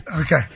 Okay